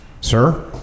Sir